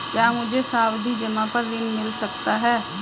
क्या मुझे सावधि जमा पर ऋण मिल सकता है?